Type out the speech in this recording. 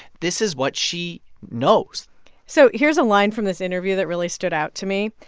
this is what she knows so here's a line from this interview that really stood out to me.